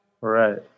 Right